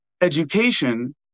education